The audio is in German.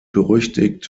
berüchtigt